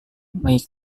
mike